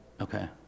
Okay